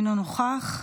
אינו נוכח.